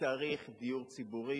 צריך דיור ציבורי.